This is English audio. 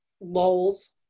lulls